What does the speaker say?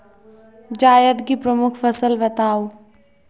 जायद की प्रमुख फसल बताओ